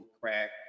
crack